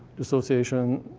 dissociation,